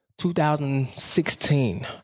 2016